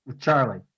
Charlie